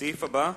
הסעיף הבא,